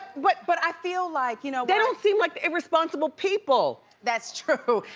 but but i feel like you know they don't seem like irresponsible people. that's true